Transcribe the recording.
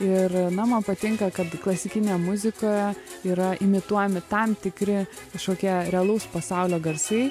ir na man patinka kad klasikinėje muzikoje yra imituojami tam tikri kažkokie realaus pasaulio garsai